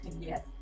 Yes